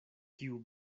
kiu